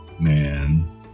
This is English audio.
man